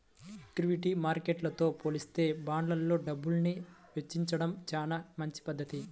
equity మార్కెట్టుతో పోలిత్తే బాండ్లల్లో డబ్బుని వెచ్చించడం చానా మంచి పధ్ధతి